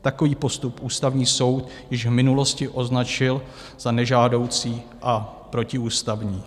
Takový postup Ústavní soud již v minulosti označil za nežádoucí a protiústavní.